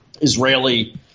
Israeli